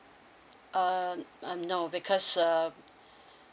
uh uh no because uh